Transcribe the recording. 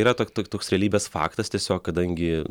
yra tok tok toks realybės faktas tiesiog kadangi